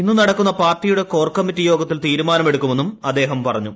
ഇന്ന് നടക്കുന്ന പാർട്ടിയുടെ കോർ കമ്മിറ്റി യോഗത്തിൽ തീരുമാനമെടുക്കുമെന്നും അദ്ദേഹം പറഞ്ഞു